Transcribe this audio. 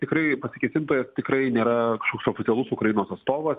tikrai pasikesintojas tikrai nėra kažkoks oficialus ukrainos atstovas